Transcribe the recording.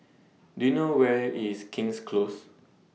Do YOU know Where IS King's Close